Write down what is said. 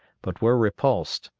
but were repulsed.